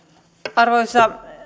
arvoisa